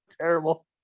terrible